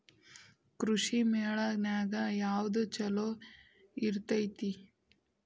ಕೃಷಿಮೇಳ ನ್ಯಾಗ ಯಾವ್ದ ಛಲೋ ಇರ್ತೆತಿ?